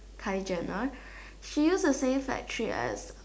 Kylie-Jenner she use the same factory as